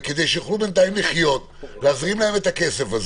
כדי שיוכלו בינתיים לחיות, להזרים להם את הכסף.